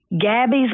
Gabby's